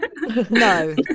No